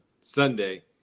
Sunday